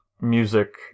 music